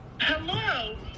Hello